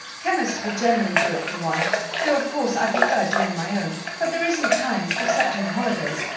chemists will generally do it for one though, of course, i prefer doing my own. but there isn't time, except in the holidays,